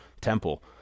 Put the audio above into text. Temple